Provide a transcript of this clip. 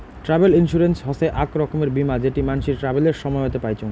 travel insurance হসে আক রকমের বীমা যেটি মানসি ট্রাভেলের সময়তে পাইচুঙ